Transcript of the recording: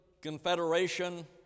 Confederation